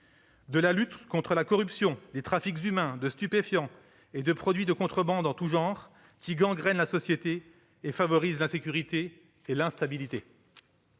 de la lutte contre la corruption, les trafics humains, de stupéfiants et de produits de contrebande en tout genre, qui gangrènent la société et favorisent l'insécurité et l'instabilité.